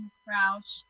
crouch